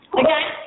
again